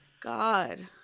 God